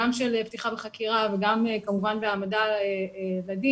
גם של פתיחה בחקירה וגם כמובן בהעמדה לדין,